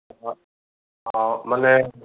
অ' মানে